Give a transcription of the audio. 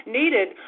needed